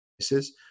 places